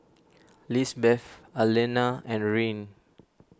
Lisbeth Allena and Ryne